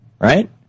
right